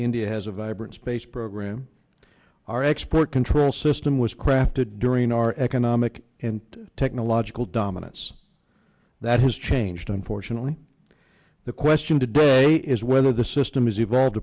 india has a vibrant space program our export control system was crafted during our economic and technological dominance that has changed unfortunately the question today is whether the system has evolved